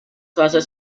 closed